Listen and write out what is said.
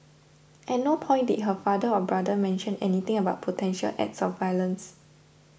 at no point did her father or brother mention anything about potential acts of violence